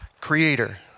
creator